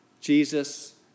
Jesus